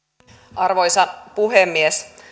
arvoisa puhemies